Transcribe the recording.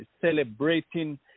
Celebrating